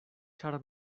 ĉar